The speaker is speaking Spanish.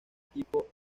equipo